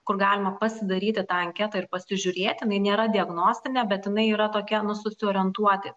kur galima pasidaryti tą anketą ir pasižiūrėti jinai nėra diagnostinė bet jinai yra tokia nu susiorientuoti